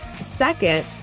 Second